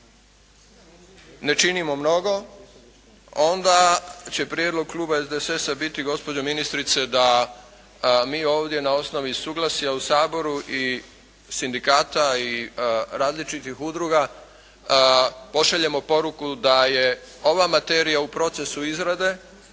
ne činimo mnogo onda će prijedlog kluba SDSS-a biti gospođo ministrice da mi ovdje na osnovi suglasja u Saboru i sindikata i različitih udruga pošaljemo poruku da je ova materija u procesu izrade